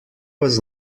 was